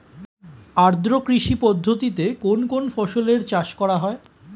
আদ্র কৃষি পদ্ধতিতে কোন কোন ফসলের চাষ করা হয়?